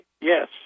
Yes